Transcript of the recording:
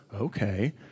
okay